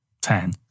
ten